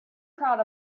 crowd